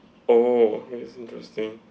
oh it's interesting